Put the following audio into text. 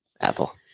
Apple